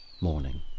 Morning